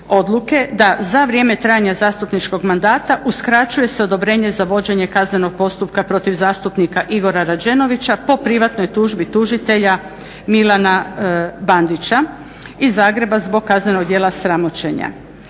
da za vrijeme trajanja zastupničkog mandata uskraćuje se odobrenje za vođenje kaznenog postupka protiv zastupnika Igora Rađenovića po privatnoj tužbi tužitelja Milana Bandića iz Zagreba zbog kaznenog djela sramoćenja,